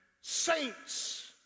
saints